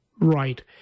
Right